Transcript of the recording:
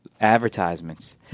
advertisements